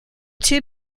two